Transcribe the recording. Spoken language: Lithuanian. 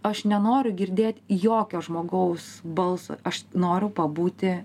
aš nenoriu girdėt jokio žmogaus balso aš noriu pabūti